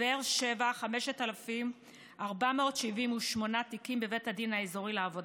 בבאר שבע, 5,478 תיקים בבית הדין האזורי לעבודה.